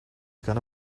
gonna